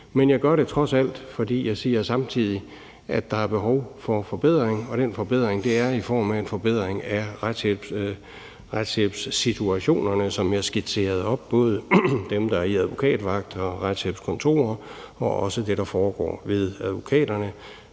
men jeg gør det samtidig med, at jeg trods alt siger, at der er behov for forbedring, og den forbedring er i form af en forbedring af retshjælpssituationerne, som jeg skitserede op, både dem, der er i advokatvagten og retshjælpskontorerne, og også dem, der er ved advokaterne,